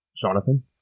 Jonathan